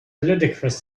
ludicrous